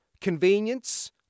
convenience